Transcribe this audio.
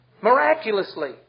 Miraculously